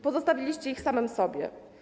Pozostawiliście ich samym sobie.